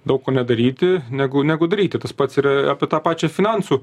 daug ko nedaryti negu negudriai tai tas pats yra apie tą pačią finansų